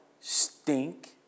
stink